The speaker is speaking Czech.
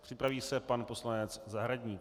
Připraví se pan poslanec Zahradník.